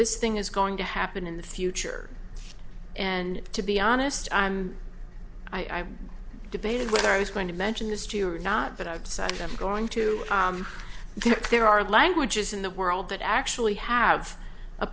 this thing is going to happen in the future and to be honest i'm i debated whether i was going to mention this to you or not but i've decided i'm going to go there are languages in the world that actually have a